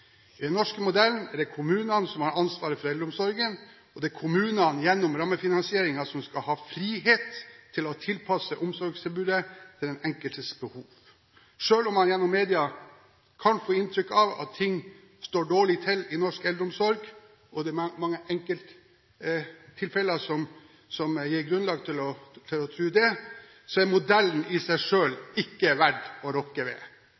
I den norske modellen er det kommunene som har ansvaret for eldreomsorgen, og det er kommunene gjennom rammefinansiering som skal ha frihet til å tilpasse omsorgstilbudet til den enkeltes behov. Selv om man gjennom mediene kan få inntrykk av at ting står dårlig til i norsk eldreomsorg – og det er mange enkelttilfeller som gir grunnlag for å tro det – er modellen i seg selv ikke verdt å rokke ved.